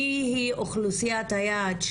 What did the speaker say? מי היא אוכלוסיית היעד,